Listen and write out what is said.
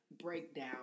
breakdown